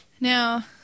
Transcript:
Now